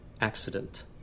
accident